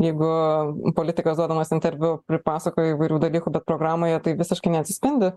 jeigu politikas duodamas interviu pripasakojo įvairių dalykų bet programoje tai visiškai neatsispindi